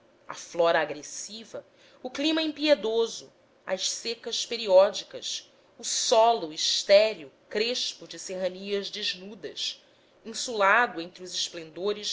a flora agressiva o clima impiedoso as secas periódicas o solo estéril crespo de serranias desnudas insulado entre os esplendores